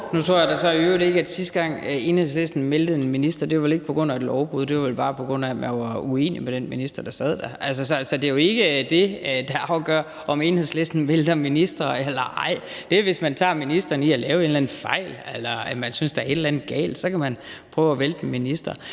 et lovbrud, sidste gang Enhedslisten væltede en minister; det var vel bare, på grund af at man var uenig med den minister, der sad der. Altså, det er jo ikke det, der afgør, om Enhedslisten vælter ministre eller ej. Det er, hvis man tager ministeren i at lave en eller anden fejl eller man synes, der er et eller andet galt; så kan man prøve at vælte en minister.